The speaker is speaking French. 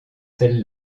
celle